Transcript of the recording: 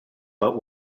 but